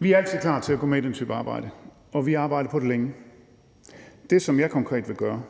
Vi er altid klar til at gå med i den type arbejde, og vi har arbejdet på det længe. Det, som jeg konkret vil gøre,